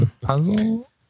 puzzle